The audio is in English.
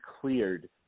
cleared